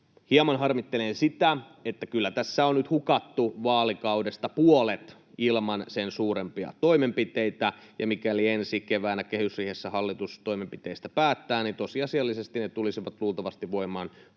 Hieman harmittelen sitä, että kyllä tässä on nyt hukattu vaalikaudesta puolet ilman sen suurempia toimenpiteitä. Mikäli ensi keväänä kehysriihessä hallitus toimenpiteistä päättää, niin tosiasiallisesti ne tulisivat luultavasti voimaan vasta